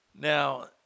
Now